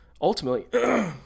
ultimately